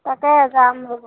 তাকে যাম ৰ'ব